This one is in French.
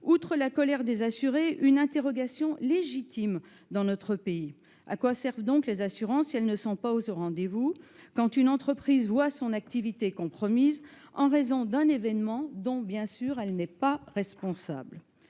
outre la colère des assurés, une interrogation légitime dans notre pays : à quoi servent les assurances si elles ne sont pas au rendez-vous quand une entreprise voit son activité compromise en raison d'un événement, dont elle n'est évidemment pas responsable ?